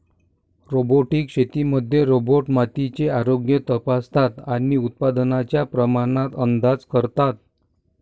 robotic शेतीमध्ये robot मातीचे आरोग्य तपासतात आणि उत्पादनाच्या प्रमाणात अंदाज करतात